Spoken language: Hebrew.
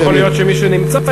יכול להיות שמי שנמצא,